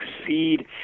succeed